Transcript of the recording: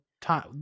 time